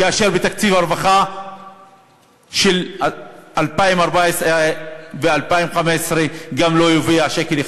כאשר בתקציב הרווחה של 2014 ו-2015 גם לא הופיע שקל אחד.